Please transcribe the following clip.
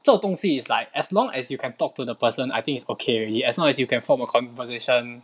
这种东西 is like as long as you can talk to the person I think it's okay already as long as you can form a conversation